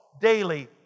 daily